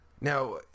now